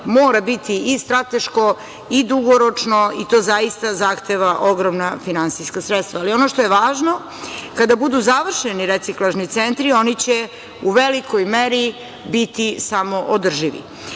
mora biti i strateško i dugoročno, i to zaista zahteva ogromna finansijska sredstva. Ono što je važno, kada budu završeni reciklažni centri, oni će u velikoj meri biti samoodrživi.